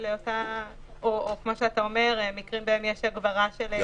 או מקרים שבהם יש הגברה של הפרות.